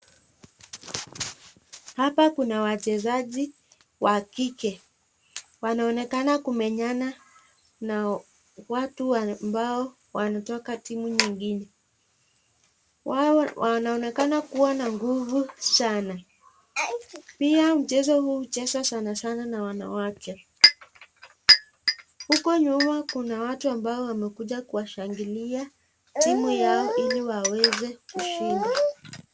Hapa kuna wachezaji wa kike. Wanaonekana kumenyana na watu ambao wanatoka timu nyingine. Wao wanaonekana kua na nguvu sanaa. Pia mchezo huu huchezwa sanaa sanaa na wanawake. Huko nyuma kuna watu ambao wamekuja kuwashangilia timu yao ili waweze kushinda.